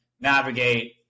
navigate